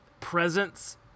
presence